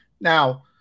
now